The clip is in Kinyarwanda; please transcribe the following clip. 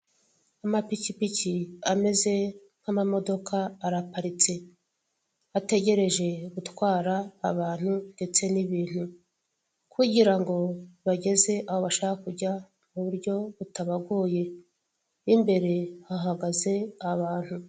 Amapikipiki ameze nk'amamodoka araparitse, ategereje gutwara abantu ndetse n'ibintu, kugirango abageze aho bashaka kujya mu buryo butabagoye. Imbere hahagaze abantu.